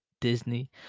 Disney